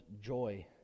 joy